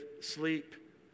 sleep